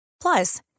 Plus